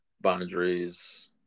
Boundaries